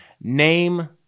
name